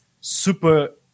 super